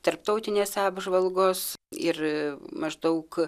tarptautinės apžvalgos ir maždaug